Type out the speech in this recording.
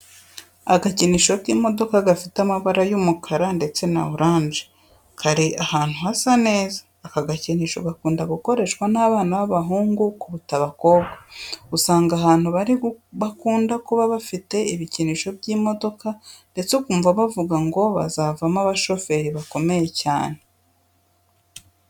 Agakinisho k'imodoka gafite amabara y'umukara ndetse na oranje kari ahantu hasa neza. Aka gakinisho gakunda gukoreshwa n'abana b'abahungu kuruta abakobwa. Usanga ahantu bari bakunda kuba bafite ibikinisho by'imodoka ndetse ukumva bavuga ngo bazavamo abashoferi bakomeye cyane.